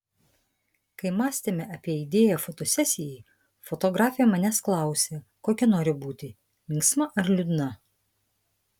kai mąstėme apie idėją fotosesijai fotografė manęs klausė kokia noriu būti linksma ar liūdna